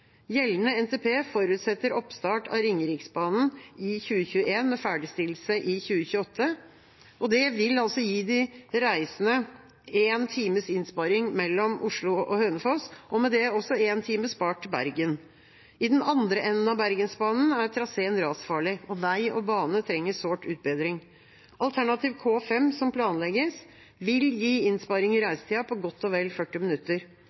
Gjeldende NTP forutsetter oppstart av Ringeriksbanen i 2021, med ferdigstillelse i 2028. Det vil altså gi de reisende én times innsparing mellom Oslo og Hønefoss, og med det også én time spart til Bergen. I den andre enden av Bergensbanen er traseen rasfarlig, og vei og bane trenger sårt utbedring. Alternativ K5, som planlegges, vil gi innsparing i reisetida på godt og vel 40 minutter.